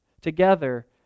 Together